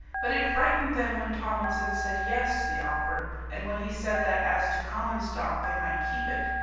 but it frightened them when tomlinson said yes to the offer, and when he said that as to common stock they might keep it,